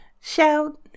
shout